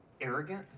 arrogant